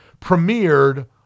premiered